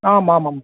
आम् आमाम्